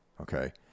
okay